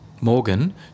Morgan